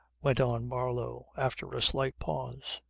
went on marlow after a slight pause.